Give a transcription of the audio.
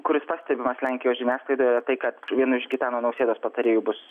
kuris pastebimas lenkijos žiniasklaidoje yra tai kad vienu iš gitano nausėdos patarėjų bus